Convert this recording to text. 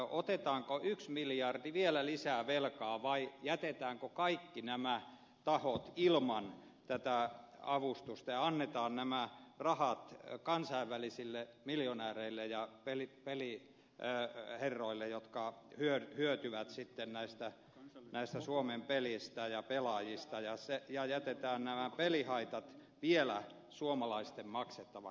otetaanko miljardi vielä lisää velkaa vai jätetäänkö kaikki nämä tahot ilman avustusta ja annetaan nämä rahat kansainvälisille miljonääreille ja peliherroille jotka hyötyvät sitten näistä suomen peleistä ja pelaajista ja jätetään pelihaitat vielä suomalaisten maksettavaksi